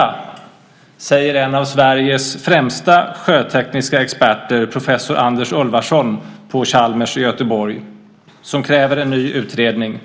Det säger en av Sveriges främsta sjötekniska experter, professor Anders Ulvarsson på Chalmers i Göteborg, som kräver en ny utredning.